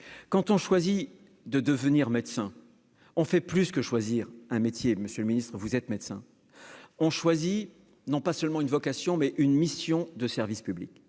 quand on choisit de devenir médecin, on fait plus que choisir un métier, Monsieur le Ministre, vous êtes médecin ont choisi, non pas seulement une vocation mais une mission de service public